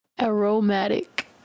Aromatic